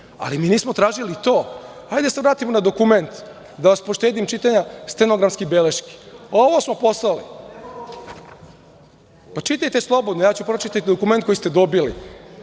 Ali, mi nismo tražili to. Hajde da se vratimo na dokument, da vas poštedim čitanja stenografskih beleški. Ovo smo poslali. Čitajte slobodno, ja ću pročitati dokument koji ste dobili.